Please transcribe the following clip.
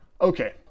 Okay